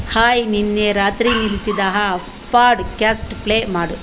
hi ನಿನ್ನೆ ರಾತ್ರಿ ನಿಲ್ಲಿಸಿದ ಆ ಪಾಡ್ಕ್ಯಾಸ್ಟ್ ಪ್ಲೇ ಮಾಡು